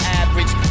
average